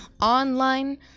online